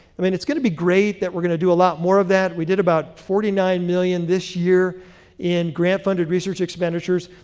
i mean it's going to be great that we're going to do a lot more of that. we did about forty nine million this year in grant-funded research expenditures.